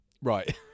Right